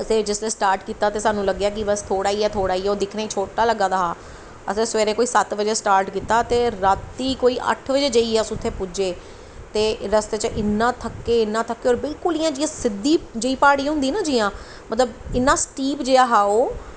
असें जिसलै स्टार्ट कीता थोह्ड़ी ही ऐ ओह् दिक्खने गी छोटा ही ऐ असें सवेरै स्टार्ट कीता ते रातीं कोई अच्ठ बजे जाइयै उत्थै जाइयै पुज्जे होर रस्ते च इन्ना थक्के इन्ना थक्के होर इ'यां जि'यां बिल्कुल सिद्दी जि'यां प्हाड़ी होंदी ना जि'यां मतलब इन्नी सटीब जेही जगह ओह्